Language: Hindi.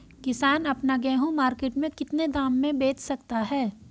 किसान अपना गेहूँ मार्केट में कितने दाम में बेच सकता है?